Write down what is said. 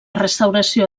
restauració